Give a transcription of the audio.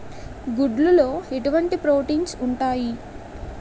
గుడ్లు లో ఎటువంటి ప్రోటీన్స్ ఉంటాయి?